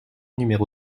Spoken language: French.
numéro